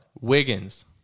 Wiggins